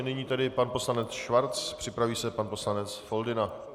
Nyní tedy pan poslanec Schwarz, připraví se pan poslanec Foldyna.